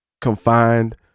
confined